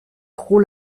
trop